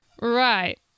Right